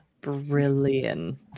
brilliant